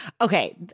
Okay